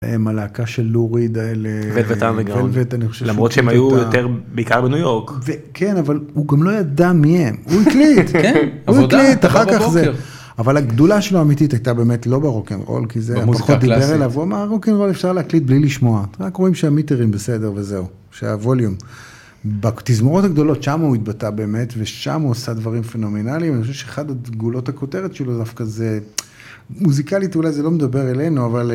הלהקה של לוריד האלה, למרות שהם היו יותר בעיקר בניו יורק. כן אבל הוא גם לא ידע מי הם, הוא הקליט, אבל הגדולה שלו האמיתית הייתה באמת לא ברוקנרול כי זה פחות דיבר אליו מהרוקנרול אפשר להקליט בלי לשמוע, רק רואים שהמטרים בסדר וזהו שהווליום, בתזמורות הגדולות שם הוא התבטא באמת ושם הוא עושה דברים פנומינליים, אבל יש אחד גולות הכותרת שלו דווקא זה, מוזיקלית אולי זה לא מדבר אלינו.